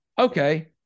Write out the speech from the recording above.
Okay